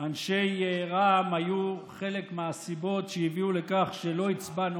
שאנשי רע"מ היו חלק מהסיבות שהביאו לכך שלא הצבענו